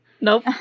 Nope